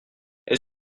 est